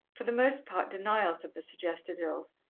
for the most part denials of the suggested ills,